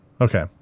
Okay